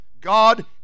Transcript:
God